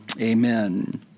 Amen